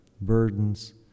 burdens